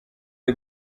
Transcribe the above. the